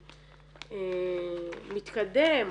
מתקדם.